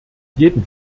jeden